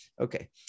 Okay